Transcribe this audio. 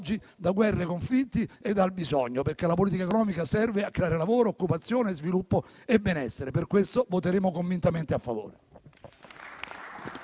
da guerre, conflitti e dal bisogno. La politica economica serve infatti a creare lavoro, occupazione, sviluppo e benessere. Per questo, voteremo convintamente a favore.